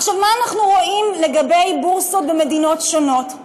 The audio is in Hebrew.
עכשיו, מה אנחנו רואים לגבי בורסות במדינות שונות?